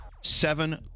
seven